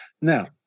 now